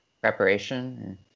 Preparation